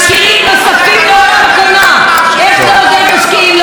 ועוד איך אני מבין.